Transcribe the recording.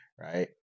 right